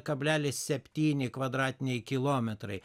kablelis septyni kvadratiniai kilometrai